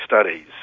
studies